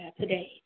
today